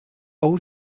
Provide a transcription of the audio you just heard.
ous